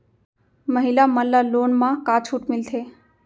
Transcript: महिला मन ला लोन मा का छूट मिलथे?